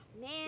man